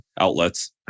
outlets